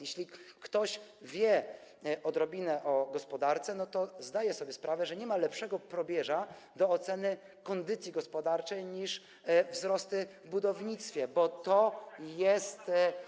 Jeśli ktoś wie odrobinę o gospodarce, to zdaje sobie sprawę, że nie ma lepszego probierza do oceny kondycji gospodarczej niż wzrost w budownictwie, bo to jest.